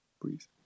Please